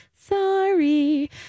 sorry